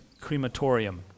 crematorium